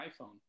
iPhone